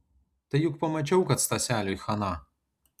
tai juk pamačiau kad staseliui chaną